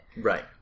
Right